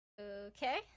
Okay